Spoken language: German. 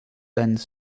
seines